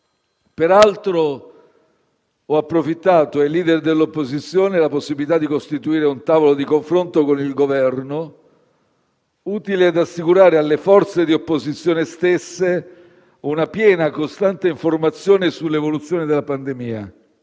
peraltro, ai *leader* dell'opposizione la possibilità di costituire un tavolo di confronto con il Governo utile ad assicurare alle forze di opposizione stesse una piena e costante informazione sull'evoluzione della pandemia